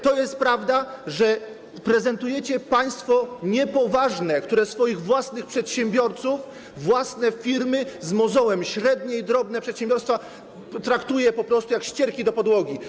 To jest prawda, że prezentujecie państwo niepoważne, które swoich własnych przedsiębiorców, własne firmy, z mozołem budowane średnie i drobne przedsiębiorstwa traktuje po prostu jak ścierki do podłogi.